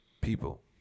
people